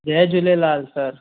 Jay Jhulelal sir